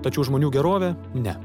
tačiau žmonių gerovė ne